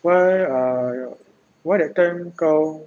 why err your why that time kau